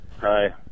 Hi